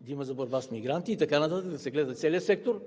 да има за борба с мигранти и така нататък, да се гледа целият сектор.